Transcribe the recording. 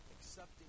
accepting